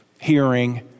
hearing